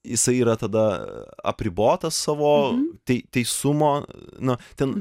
jisai yra tada apribotas savo tei teisumo na ten